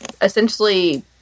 Essentially